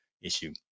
issue